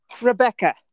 Rebecca